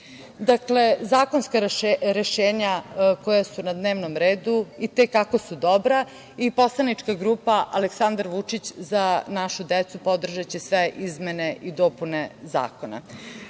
zakonska rešenja koja su na dnevnom redu i te kako su dobra i poslanička grupa Aleksandar Vučić – Za našu decu podržaće sve izmene i dopune zakona. Još